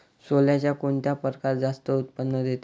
सोल्याचा कोनता परकार जास्त उत्पन्न देते?